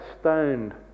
stoned